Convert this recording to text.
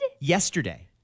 Yesterday